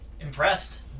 impressed